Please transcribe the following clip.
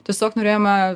tiesiog norėjome